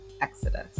exodus